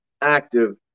active